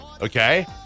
okay